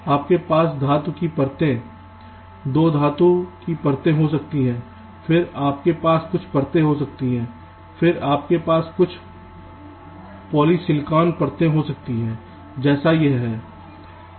आपके पास धातु की परतें दो धातु की परतें हो सकती हैं फिर आपके पास कुछ diffusion परतें हो सकती हैं फिर आपके पास कुछ पॉलीसिलिकॉन परतें हो सकती हैं जैसे यह